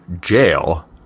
jail